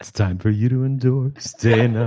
time for you to undo stan